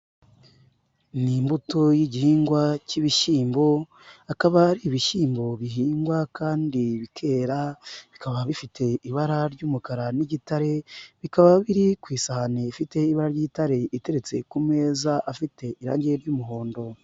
Ii immbuto y'igihingwa cy'ibishyimbo, akaba ari ibishyimbo bihingwa kandi bikera, bikaba bifite ibara ry'umukara n'igitare, bikaba biri ku isahani ifite ibara ry'igitare iteretse ku meza afite irangi ry'umuhondo.